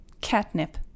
Catnip